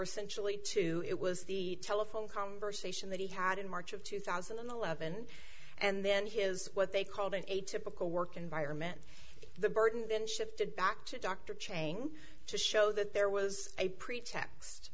essentially to it was the telephone conversation that he had in march of two thousand and eleven and then his what they called an atypical work environment the burden then shifted back to dr chain to show that there was a pretext